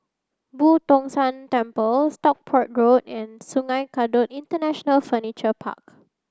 Boo Tong San Temple Stockport Road and Sungei Kadut International Furniture Park